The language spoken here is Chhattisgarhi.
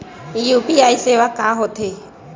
यू.पी.आई सेवा का होथे?